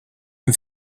and